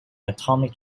atomic